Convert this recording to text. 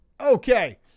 Okay